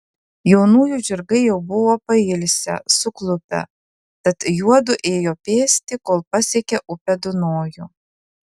jaunųjų žirgai jau buvo pailsę suklupę tad juodu ėjo pėsti kol pasiekė upę dunojų